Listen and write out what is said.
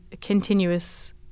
continuous